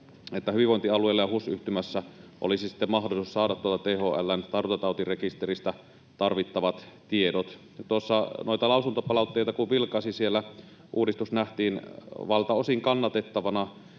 että hyvinvointialueilla ja HUS-yhtymässä olisi sitten mahdollisuus saada tarvittavat tiedot tuolta THL:n tartuntatautirekisteristä. Tuossa kun noita lausuntopalautteita vilkaisin, siellä uudistus nähtiin valtaosin kannatettavana.